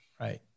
Right